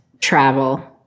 travel